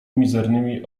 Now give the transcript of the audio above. mizernymi